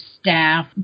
staff